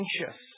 Anxious